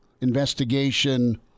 investigation